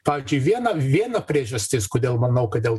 pavyzdžiui viena viena priežastis kodėl manau kad dėl